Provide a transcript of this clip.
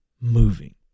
moving